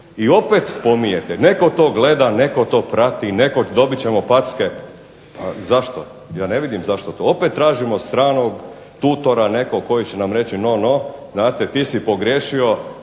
I opet spominjete netko to gleda, netko to prati, dobit ćemo packe. Zašto, ja ne vidim zašto. Opet tražimo stranog tutora nekog koji će nam reći no, no, znate ti si pogriješio,